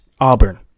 Auburn